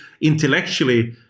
intellectually